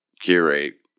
curate